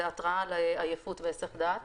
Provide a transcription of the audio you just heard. זה התראה על עייפות והיסח דעת